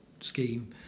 scheme